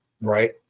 right